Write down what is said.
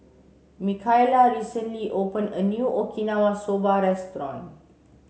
Mikaila recently opened a new Okinawa Soba restaurant